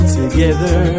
together